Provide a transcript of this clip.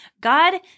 God